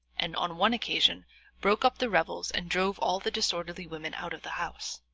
and on one occasion broke up the revels and drove all the disorderly women out of the house.